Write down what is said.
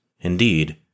Indeed